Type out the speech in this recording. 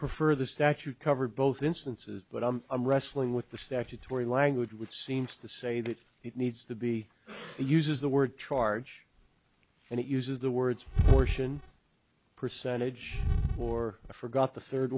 prefer the statute cover both instances but i'm i'm wrestling with the statutory language which seems to say that it needs to be uses the word charge and it uses the words fortune percentage or forgot the third